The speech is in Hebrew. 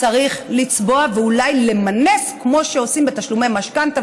צריך לצבוע ואולי למנף כמו שעושים בתשלומי משכנתה,